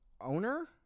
owner